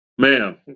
Ma'am